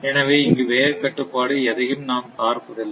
எனவே இங்கு வேக கட்டுப்பாடு எதையும் நாம் பார்ப்பதில்லை